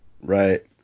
Right